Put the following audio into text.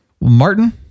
martin